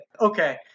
okay